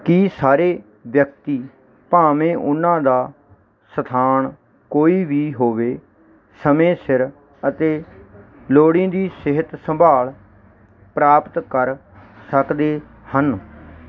ਕੀ ਸਾਰੇ ਵਿਅਕਤੀ ਭਾਵੇਂ ਉਹਨਾਂ ਦਾ ਸਥਾਨ ਕੋਈ ਵੀ ਹੋਵੇ ਸਮੇਂ ਸਿਰ ਅਤੇ ਲੋੜੀਂਦੀ ਸਿਹਤ ਸੰਭਾਲ ਪ੍ਰਾਪਤ ਕਰ ਸਕਦੇ ਹਨ